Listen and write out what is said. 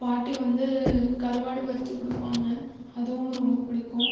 பாட்டி வந்து கருவாடு வறுத்து கொடுப்பாங்க அதுவும் ரொம்ப பிடிக்கும்